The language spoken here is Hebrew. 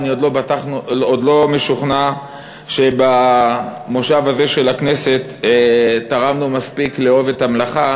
אני עוד לא משוכנע שבמושב הזה של הכנסת תרמנו מספיק לאהוב את המלאכה,